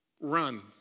run